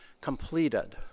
completed